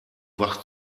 wach